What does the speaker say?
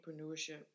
entrepreneurship